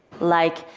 like